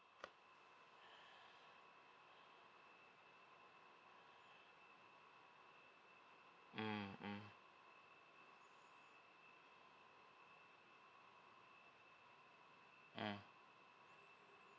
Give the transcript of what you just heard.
mm mm mm